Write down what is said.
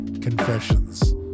Confessions